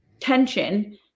tension